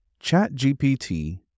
ChatGPT